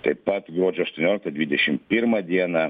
taip pat gruodžio aštuonioliktą dvidešimt pirmą dieną